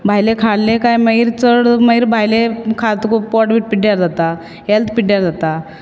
भायलें खाले कांय मागीर चड मागीर भायलें खातकच पोट बी पिड्ड्यार जाता हॅल्थ पिड्ड्यार जाता